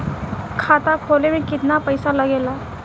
खाता खोले में कितना पईसा लगेला?